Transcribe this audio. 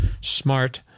smart